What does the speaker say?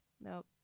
Nope